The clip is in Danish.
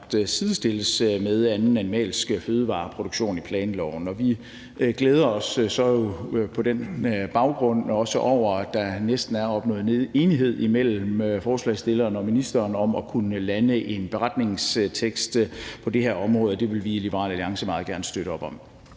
sidestilles med anden animalsk fødevareproduktion i planloven. Vi glæder os jo på den baggrund også over, at der næsten er opnået enighed imellem forslagsstilleren og ministeren om at kunne lande en beretningstekst på det her område, og det vil vi i Liberal Alliance meget gerne støtte op om.